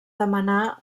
demanar